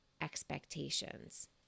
expectations